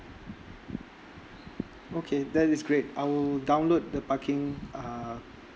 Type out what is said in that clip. okay that is great I'll download the parking uh